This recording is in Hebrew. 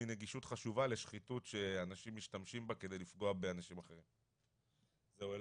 מנגישות חשובה לשחיתות שאנשים משתמשים בה על מנת לפגוע באנשים אחרים.